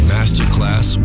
Masterclass